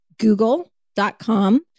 google.com